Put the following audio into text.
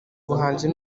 ubuhanzi